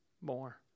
more